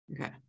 Okay